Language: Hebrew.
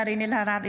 קארין אלהרר,